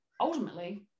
ultimately